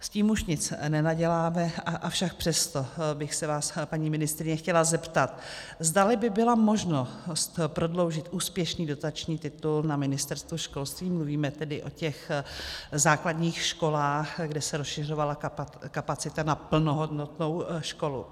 S tím už nic nenaděláme, avšak přesto bych se vás, paní ministryně, chtěla zeptat, zdali by byla možnost prodloužit úspěšný dotační titul na Ministerstvu školství, mluvíme o těch základních školách, kde se rozšiřovala kapacita na plnohodnotnou školu.